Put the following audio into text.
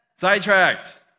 Sidetracked